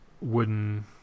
wooden